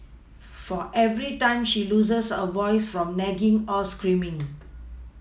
for every time she loses her voice from nagging or screaming